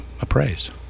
appraise